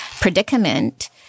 predicament